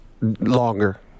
longer